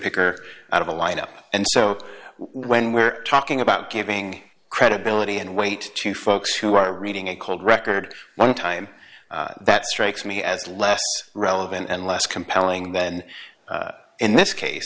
her out of a lineup and so when we're talking about giving credibility and weight to folks who are reading a cold record one time that strikes me as less relevant and less compelling then in this case